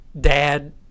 dad